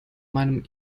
meinem